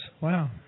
wow